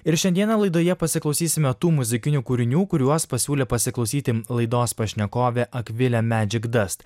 ir šiandieną laidoje pasiklausysime tų muzikinių kūrinių kuriuos pasiūlė pasiklausyti laidos pašnekovė akvilė medžikdast